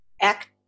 Act